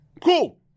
cool